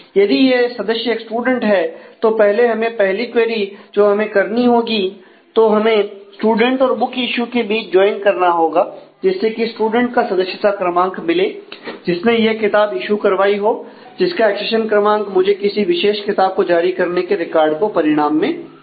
यदि यह सदस्य एक स्टूडेंट है तो पहले हमें पहली क्वेरी जो हमें करनी होगी तो हमें स्टूडेंट और बुक इशू के बीच ज्वाइन करना होगा जिससे कि स्टूडेंट का सदस्यता क्रमांक मिले जिसने यह किताब इशू करवाई हो जिसका एक्सेशन क्रमांक मुझे किसी विशेष किताब को जारी करने के रिकॉर्ड को परिणाम में दें